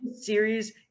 series